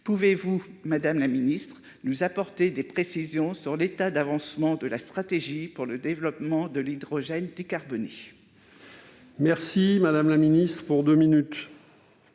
Pouvez-vous, madame la ministre, nous apporter des précisions sur l'état d'avancement de la stratégie pour le développement de l'hydrogène décarboné ?